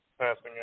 Passing